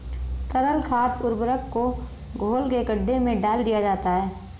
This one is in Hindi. तरल खाद उर्वरक को घोल के गड्ढे में डाल दिया जाता है